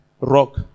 rock